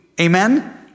Amen